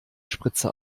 spritze